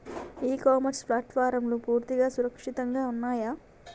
ఇ commerce ప్లాట్ఫారమ్లు పూర్తిగా సురక్షితంగా ఉన్నయా?